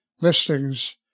listings